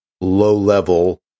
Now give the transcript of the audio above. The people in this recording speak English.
low-level